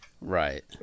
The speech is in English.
Right